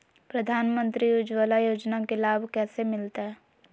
प्रधानमंत्री उज्वला योजना के लाभ कैसे मैलतैय?